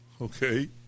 Okay